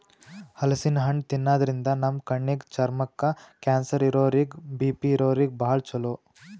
ಹಲಸಿನ್ ಹಣ್ಣ್ ತಿನ್ನಾದ್ರಿನ್ದ ನಮ್ ಕಣ್ಣಿಗ್, ಚರ್ಮಕ್ಕ್, ಕ್ಯಾನ್ಸರ್ ಇದ್ದೋರಿಗ್ ಬಿ.ಪಿ ಇದ್ದೋರಿಗ್ ಭಾಳ್ ಛಲೋ